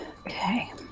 Okay